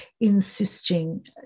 insisting